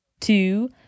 Two